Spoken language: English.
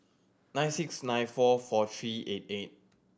nine six nine four four three eight eight